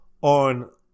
on